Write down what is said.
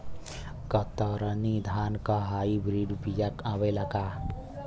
कतरनी धान क hybrid बिया आवेला का?